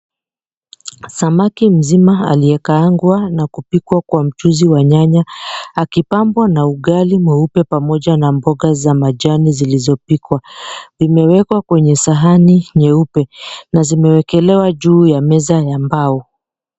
Samaki mzima aliye kaangwa na kupikwa kwa mchuzi wa nyanya akipambwa na ugali mweupe pamoja na mboga za majani zilizopikwa. Vimewekwa kwenye sahani nyeupe na zimewekelewa juu ya meza ya mbao.